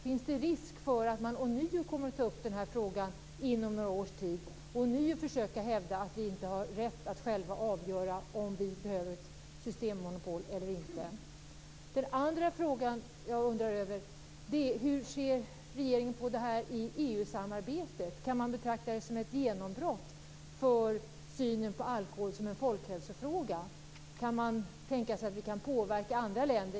Finns det en risk för att man ånyo kommer att ta upp den här frågan inom några år och då försöka hävda att vi inte har rätt att själva avgöra om vi behöver ett systemmonopol eller inte? Den andra frågan jag undrar över är: Hur ser regeringen på det här när det gäller EU-samarbetet? Kan man betrakta det som ett genombrott för synen på alkohol som en folkhälsofråga? Kan man tänka sig att vi kan påverka andra länder?